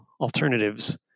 alternatives